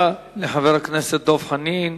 תודה לחבר הכנסת דב חנין.